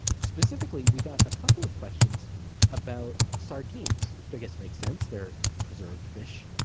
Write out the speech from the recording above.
specifically, we got a couple of questions about sardines, which i guess makes sense. they're preserved fish,